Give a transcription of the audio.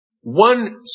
One